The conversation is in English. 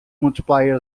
multiplier